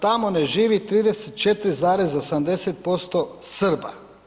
Tamo ne živi 34,87% Srba.